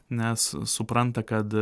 nes supranta kad